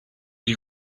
you